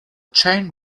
chain